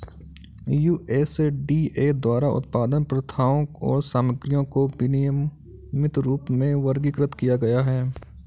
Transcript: USDA द्वारा उत्पादन प्रथाओं और सामग्रियों को विनियमित रूप में वर्गीकृत किया गया है